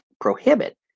prohibit